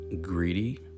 greedy